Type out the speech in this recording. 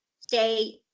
stay